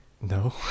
No